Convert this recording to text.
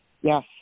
Yes